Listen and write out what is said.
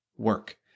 Work